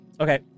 Okay